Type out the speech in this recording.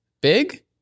big